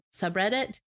subreddit